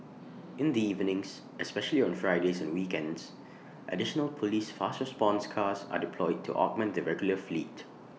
in the evenings especially on Fridays and weekends additional Police fast response cars are deployed to augment the regular fleet